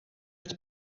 het